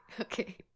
Okay